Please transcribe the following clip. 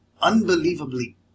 unbelievably